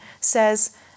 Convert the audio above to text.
says